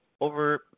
over